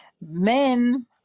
Men